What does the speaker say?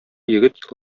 егет